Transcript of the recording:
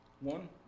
One